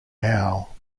now